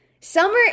Summer